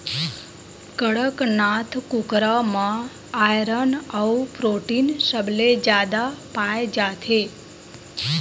कड़कनाथ कुकरा म आयरन अउ प्रोटीन सबले जादा पाए जाथे